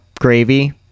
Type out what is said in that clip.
Gravy